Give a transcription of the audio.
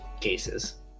cases